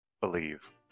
believe